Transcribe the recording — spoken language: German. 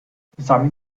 samin